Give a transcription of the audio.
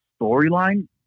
storyline